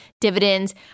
dividends